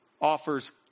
offers